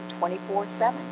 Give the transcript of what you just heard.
24-7